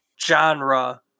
genre